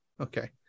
Okay